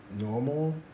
normal